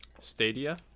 Stadia